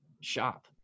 shop